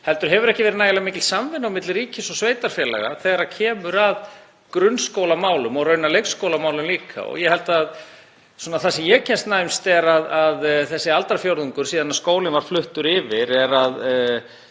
heldur hefur ekki verið nægilega mikil samvinna á milli ríkis og sveitarfélaga þegar kemur að grunnskólamálum og raunar leikskólamálum líka. Það sem ég kemst næst er að þessi aldarfjórðungur sem liðinn er síðan skólinn var fluttur yfir — að